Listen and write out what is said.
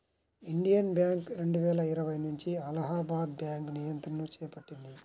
Indian bank రెండువేల ఇరవై నుంచి అలహాబాద్ బ్యాంకు నియంత్రణను చేపట్టింది